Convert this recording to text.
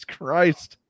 Christ